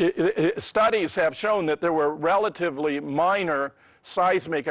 it studies have shown that there were relatively minor size make